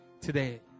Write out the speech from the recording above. today